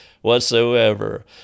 Whatsoever